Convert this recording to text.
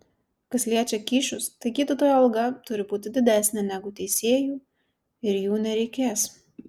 kas liečia kyšius tai gydytojo alga turi būti didesnė negu teisėjų ir jų nereikės